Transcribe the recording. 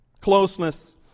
Closeness